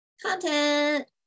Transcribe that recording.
content